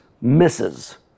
misses